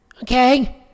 okay